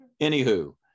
anywho